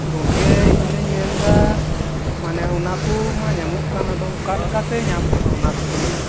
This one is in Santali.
ᱜᱚᱢᱠᱮ ᱤᱧ ᱫᱚᱹᱧ ᱢᱮᱱᱫᱟ ᱢᱟᱱᱮ ᱚᱱᱟᱠᱩ ᱢᱟ ᱧᱟᱢᱚᱜ ᱠᱟᱱᱟᱫᱚ ᱚᱠᱟᱞᱮᱠᱟᱛᱮ ᱧᱟᱢ ᱠᱚᱜᱼᱟ ᱚᱱᱟᱠᱚ ᱡᱤᱱᱤᱥ